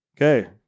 Okay